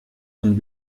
von